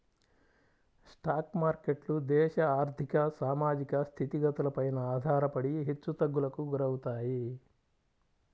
stock మార్కెట్లు దేశ ఆర్ధిక, సామాజిక స్థితిగతులపైన ఆధారపడి హెచ్చుతగ్గులకు గురవుతాయి